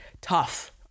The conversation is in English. tough